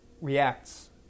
reacts